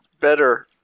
better